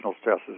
stresses